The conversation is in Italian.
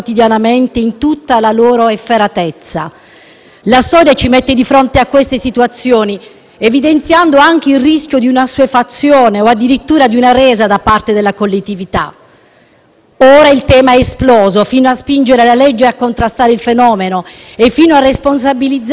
La storia ci mette di fronte a queste situazioni, evidenziando anche il rischio di un'assuefazione o addirittura di una resa da parte della collettività. Ora il tema è esploso fino a spingere la legge a contrastare il fenomeno e a responsabilizzare lo Stato a prendere una posizione netta.